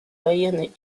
военной